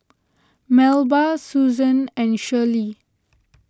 Melba Susan and Schley